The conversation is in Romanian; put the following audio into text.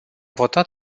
votat